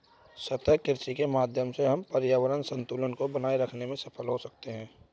सतत कृषि के माध्यम से हम पर्यावरण संतुलन को बनाए रखते में सफल हो सकते हैं